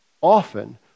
often